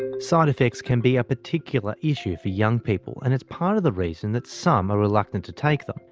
and side-effects can be a particular issue for young people, and it's part of the reason that some are reluctant to take them,